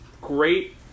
great